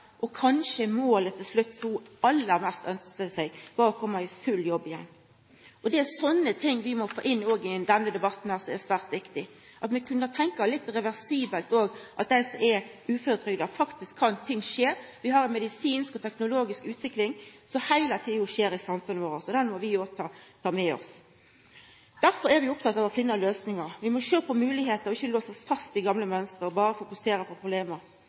og kanskje nå målet til slutt, som ho aller mest ønskte seg: å koma i full jobb igjen. Det er òg sånne ting vi må få inn i denne debatten. Det er svært viktig at vi kan tenkja litt reversibelt, at dei som er uføretrygda, faktisk kan, og at ting skjer. Vi har ei medisinsk og teknologisk utvikling som heile tida skjer i samfunnet vårt. Den må vi òg ta med oss. Derfor er vi opptekne av å finna løysingar. Vi må sjå på moglegheiter og ikkje låsa oss fast i gamle mønster og berre fokusera på problema.